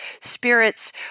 spirits